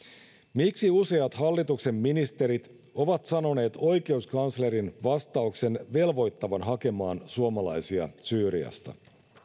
miksi useat hallituksen ministerit ovat sanoneet oikeuskanslerin vastauksen velvoittavan hakemaan suomalaisia syyriasta